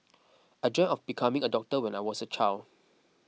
I dreamt of becoming a doctor when I was a child